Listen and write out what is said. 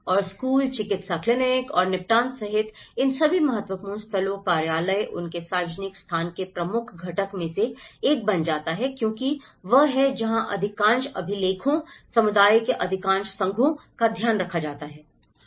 और स्कूल चिकित्सा क्लिनिक और निपटान सहित इन सभी महत्वपूर्ण स्थलों कार्यालय उनके सार्वजनिक स्थान के प्रमुख घटक में से एक बन जाता है क्योंकि वह है जहां अधिकांश अभिलेखों समुदाय के अधिकांश संघों का ध्यान रखा जाता है